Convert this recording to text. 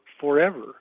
forever